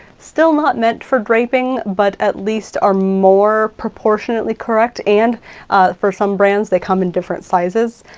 still not meant for draping, but at least are more proportionately correct. and for some brands, they come in different sizes.